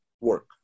work